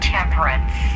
Temperance